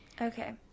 Okay